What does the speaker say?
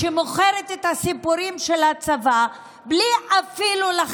שמוכרת את הסיפורים של הצבא אפילו בלי